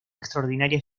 extraordinaria